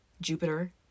jupiter